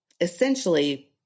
essentially